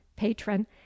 patron